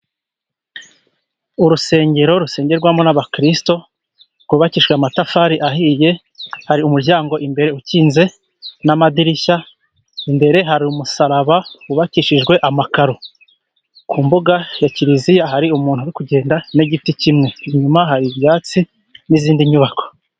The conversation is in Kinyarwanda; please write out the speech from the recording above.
Urusengero rusengerwamo n'abakiristo, rwubakishijwe amatafari ahiye. Hari umuryango imbere ukinze n'amadirishya. Imbere hari umusaraba wubakishijwe amakaro, ku mbuga ya kiliziya hari umuntu uri kugenda n'igiti kimwe. Inyuma hari ibyatsi n'izindi nyubako.